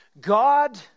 God